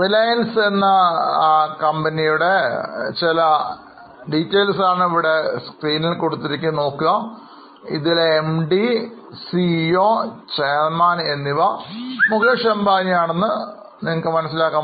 അപ്പോൾ നമുക്ക് തുടങ്ങാം റിലയൻസ്യിലേക്ക് നോക്കൂ ഇതിലെ എം ഡി സിഇഒ ചെയർമാൻ എന്നിവ മുകേഷ് അംബാനി ആണെന്ന് അറിയാം